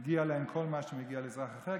מגיע להם כל מה שמגיע לאזרח אחר,